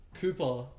Cooper